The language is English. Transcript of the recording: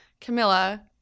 Camilla